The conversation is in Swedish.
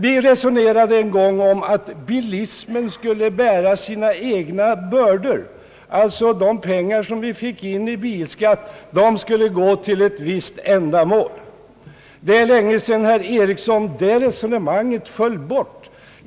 Vi resonerade en gång om att bilismen skulle bära sina egna bördor, dvs. att de pengar som staten fick in i bilskatt skulle gå till ett visst ändamål. Det är länge sedan det resonemanget föll bort, herr Eriksson.